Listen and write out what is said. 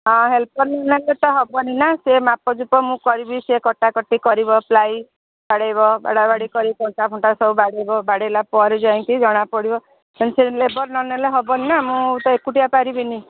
ହଁ ହେଲ୍ପର୍ ନ ନେଲେ ତ ହେବନି ନା ସେ ମାପ ଚୁପ ମୁଁ କରିବି ସେ କଟାକଟି କରିବ ପ୍ଲାଇ ବାଡ଼େଇବ ବାଡ଼ାବାଡ଼ି କରି କଣ୍ଟା ଫଣ୍ଟା ସବୁ ବାଡ଼େଇବ ବାଡ଼େଇଲା ପରେ ଯାଇଁକି ଜଣାପଡ଼ିବ ସେମତିରେ ଲେବର୍ ନନେଲେ ହେବନି ନା ମୁଁ ତ ଏକୁଟିଆ ପାରିବିନି